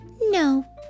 no